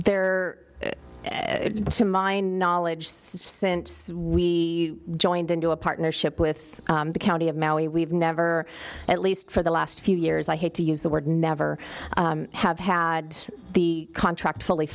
are so my knowledge says since we joined into a partnership with the county of maui we've never at least for the last few years i hate to use the word never have had the contract fully